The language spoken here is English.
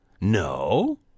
No